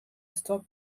stop